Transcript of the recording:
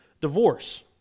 divorce